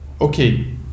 okay